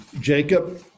Jacob